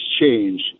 change